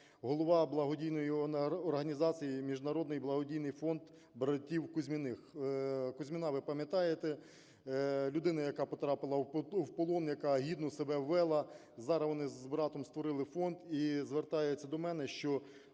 голова благодійної організації "Міжнародний благодійний фонд братів Кузьміних". Кузьміна ви пам'ятаєте - людина, яка потрапила в полон, які гідно себе вела. Зараз вони з братом створили фонд і звертаються до мене, що